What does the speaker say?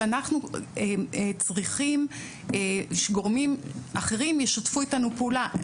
שאנחנו צריכים שגורמים אחרים ישתפו איתנו פעולה,